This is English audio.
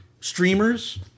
streamers